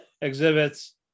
exhibits